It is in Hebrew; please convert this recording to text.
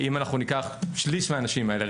אם ניקח שליש מהאנשים האלה,